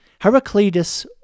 Heraclitus